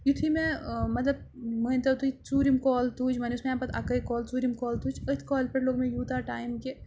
یُتھُے مےٚ مطلب مٲنۍتَو تُہۍ ژوٗرِم کال تُج وۄنۍ اوس مےٚ اَمہِ پَتہٕ اَکٲے کال ژوٗرِم کال تُج أتھۍ کال پٮ۪ٹھ لوٚگ مےٚ یوٗتاہ ٹایِم کہِ